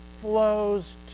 flows